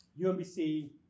UMBC